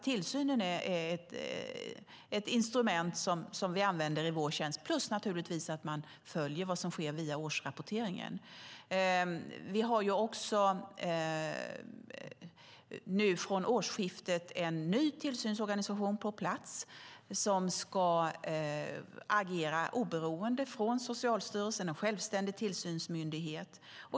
Tillsynen är ett instrument som vi använder i vår tjänst och dessutom att följa vad som sker via årsrapporteringen. Från årsskiftet finns en ny tillsynsorganisation på plats. Den ska vara oberoende av Socialstyrelsen och agera som en självständig tillsynsmyndighet.